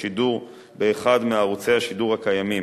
השידור באחד מערוצי השידור הקיימים.